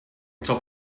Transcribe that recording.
top